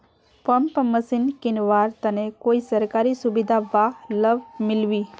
Pump machine किनवार तने कोई सरकारी सुविधा बा लव मिल्बी?